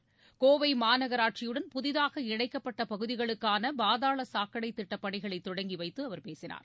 துறை அமைச்சர் கோவை மாநகராட்சியுடன் புதிதாக இணைக்கப்பட்ட பகுதிகளுக்கான பாதாள சாக்கடைத் திட்டப் பணிகளை தொடங்கி வைத்து அவர் பேசினார்